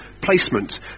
placement